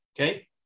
Okay